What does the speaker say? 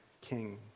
king